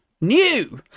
New